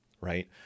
Right